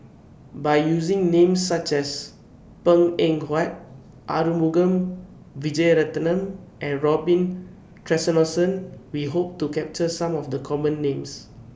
By using Names such as Png Eng Huat Arumugam Vijiaratnam and Robin We Hope to capture Some of The Common Names